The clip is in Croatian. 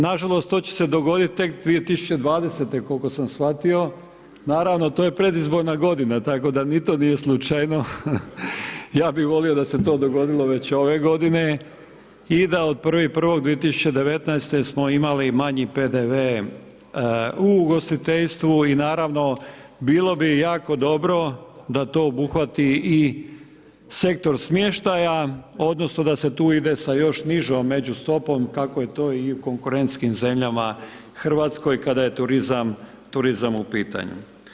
Nažalost to će se dogoditi tek 2020. koliko sam shvatio, naravno to je predizborna godina tako da ni to nije slučajno, ja bih volio da se to dogodilo već ove godine i da od 1.1.2019. smo imali manji PDV u ugostiteljstvu i naravno bilo bi jako dobro da to obuhvati i sektor smještaja odnosno da se tu ide sa još nižom među stopom kako je to i u konkurentskim zemljama Hrvatskoj kada je turizam u pitanju.